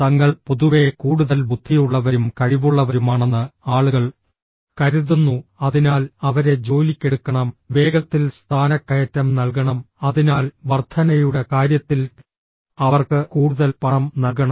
തങ്ങൾ പൊതുവെ കൂടുതൽ ബുദ്ധിയുള്ളവരും കഴിവുള്ളവരുമാണെന്ന് ആളുകൾ കരുതുന്നു അതിനാൽ അവരെ ജോലിക്കെടുക്കണം വേഗത്തിൽ സ്ഥാനക്കയറ്റം നൽകണം അതിനാൽ വർദ്ധനയുടെ കാര്യത്തിൽ അവർക്ക് കൂടുതൽ പണം നൽകണം